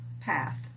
path